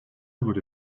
wurde